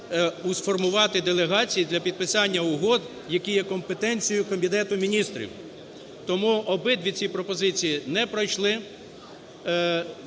сформувати делегації для підписання угод, які є компетенцією Кабінету Міністрів. Тому обидві ці пропозиції не пройшли